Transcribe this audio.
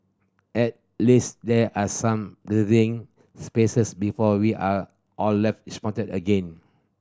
at least there are some breathing spaces before we are all left disappointed again